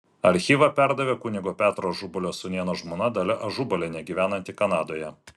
archyvą perdavė kunigo petro ažubalio sūnėno žmona dalia ažubalienė gyvenanti kanadoje